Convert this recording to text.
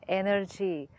energy